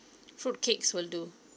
fruitcakes will do